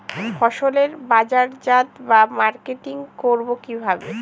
ফসলের বাজারজাত বা মার্কেটিং করব কিভাবে?